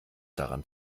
daran